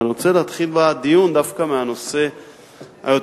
ואני רוצה להתחיל בדיון דווקא מהנושא היותר-רחב,